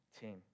team